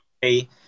hey